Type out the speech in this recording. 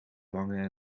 vangen